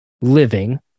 living